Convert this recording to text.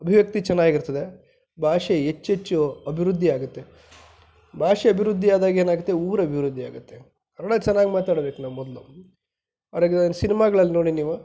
ಅಭಿವ್ಯಕ್ತಿ ಚೆನ್ನಾಗಿರ್ತದೆ ಭಾಷೆ ಹೆಚ್ಚೆಚ್ಚು ಅಭಿವೃದ್ದಿ ಆಗುತ್ತೆ ಭಾಷೆ ಅಭಿವೃದ್ದಿ ಆದಾಗ ಏನಾಗುತ್ತೆ ಊರು ಅಭಿವೃದ್ದಿ ಆಗುತ್ತೆ ಕನ್ನಡ ಚೆನ್ನಾಗಿ ಮಾತಾಡ್ಬೇಕು ನಾವು ಮೊದಲು ಸಿನಿಮಾಗಳಲ್ಲಿ ನೋಡಿ ನೀವು